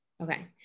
Okay